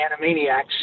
Animaniacs